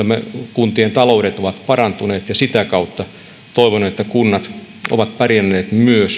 kuntien taloudet ovat parantuneet ja toivon että sitä kautta kunnat ovat pärjänneet